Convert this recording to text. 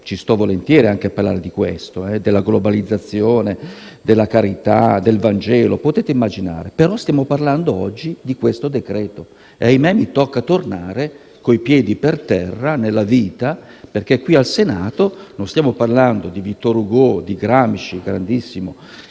ci sto volentieri anche a parlare della globalizzazione, della carità, del Vangelo. Però stiamo parlando oggi di questo decreto-legge e - ahimè - mi tocca tornare coi piedi per terra, nella vita, perché qui al Senato non stiamo parlando di Victor Hugo, di Gramsci (grandissimo)